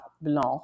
Blanc